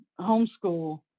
homeschool